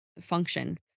function